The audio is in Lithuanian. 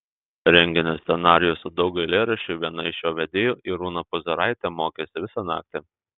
renginio scenarijų su daug eilėraščių viena iš jo vedėjų irūna puzaraitė mokėsi visą naktį